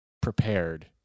prepared